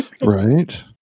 Right